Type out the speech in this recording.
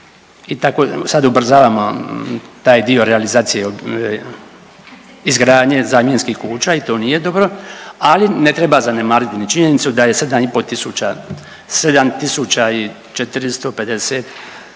i tako, sad ubrzavamo taj dio realizacije izgradnje zamjenskih kuća i to nije dobro, ali ne treba zanemariti ni činjenicu da je 7,5